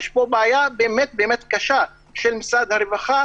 יש פה באמת בעיה קשה של משרד הרווחה